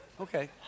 Okay